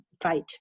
fight